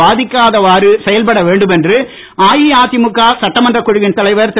பாதிக்காதவாறு செயல்பட வேண்டும் என்று அஇஅதிமுக சட்டமன்ற குழுவின் தலைவர் திரு